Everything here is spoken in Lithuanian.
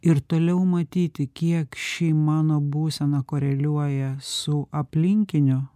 ir toliau matyti kiek ši mano būsena koreliuoja su aplinkinių